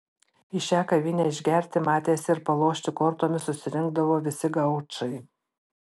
į šią kavinę išgerti matėsi ir palošti kortomis susirinkdavo visi gaučai